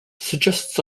suggests